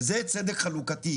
וזה צדק חלוקתי.